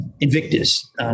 Invictus